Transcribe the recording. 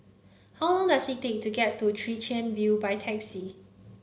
how long does it take to get to Chwee Chian View by taxi